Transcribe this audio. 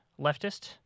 leftist